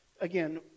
Again